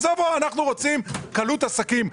אנחנו רוצים קלות עסקים.